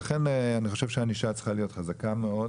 לכן אני חושב שהענישה צריכה להיות חזקה מאוד.